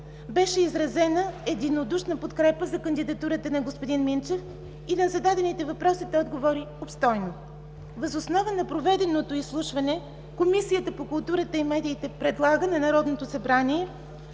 Беше изразена единодушна подкрепа за кандидатурата на господин Минчев и на зададените въпроси той отговори обстойно. Въз основа на проведеното изслушване Комисията по културата и медиите предлага на Народното събрание